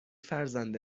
فرزند